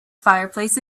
fireplace